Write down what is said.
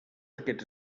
aquests